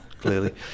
clearly